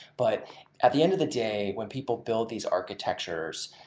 but at the end of the day, when people build these architectures,